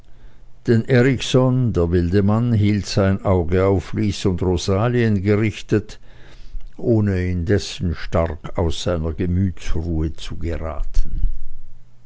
denn erikson der wilde mann hielt sein auge auf lys und rosalien gerichtet ohne indessen stark aus seiner gemütsruhe zu geraten